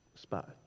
spot